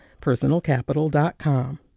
PersonalCapital.com